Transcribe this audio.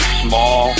small